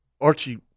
Archie